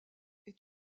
est